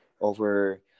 over